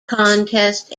contest